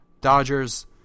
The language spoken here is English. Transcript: Dodgers